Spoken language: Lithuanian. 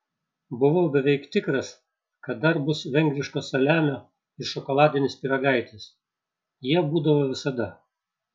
buvau beveik tikras kad dar bus vengriško saliamio ir šokoladinis pyragaitis jie būdavo visada